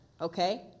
Okay